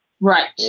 Right